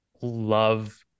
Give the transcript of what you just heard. love